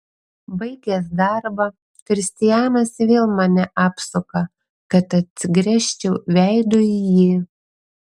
baigęs darbą kristianas vėl mane apsuka kad atsigręžčiau veidu į jį